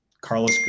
Carlos